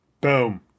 Boom